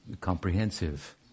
comprehensive